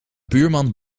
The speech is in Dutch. buurman